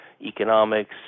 economics